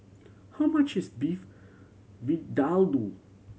how much is Beef Vindaloo